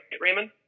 Raymond